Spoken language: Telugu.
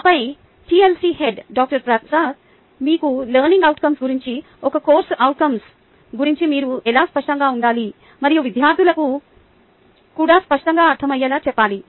ఆపై టిఎల్సి హెడ్ డాక్టర్ ప్రసాద్ మీకు లెర్నింగ్ అవుట్కంస్ గురించి ఒక కోర్సు అవుట్కంస్ గురించి మీరు ఎలా స్పష్టంగా ఉండాలి మరియు విద్యార్థులకు కూడా స్పష్టంగా అర్దం అయ్యేలా చెప్పాలి